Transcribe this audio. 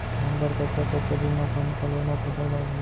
धान बर कतका कतका दिन म पानी पलोय म फसल बाड़ही?